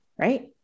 right